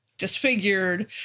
Disfigured